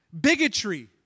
bigotry